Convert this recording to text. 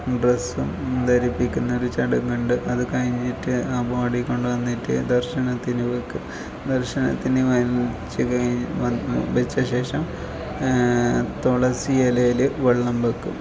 ഡ്രസ്സും ധരിപ്പിക്കുന്നൊരു ചടങ്ങുണ്ട് അത് കഴിഞ്ഞിട്ട് ആ ബോഡി കൊണ്ട് വന്നിട്ട് ദർശനത്തിന് വെക്കും ദർശനത്തിന് വ വെച്ച് കഴിഞ്ഞ് വെച്ച ശേഷം തുളസി ഇലയിൽ വെള്ളം വെക്കും